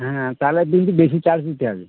হ্যাঁ তাহলে কিন্তু বেশি চার্জ দিতে হবে